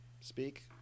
Speak